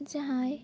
ᱡᱟᱦᱟᱸᱭ